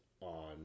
on